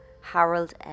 Harold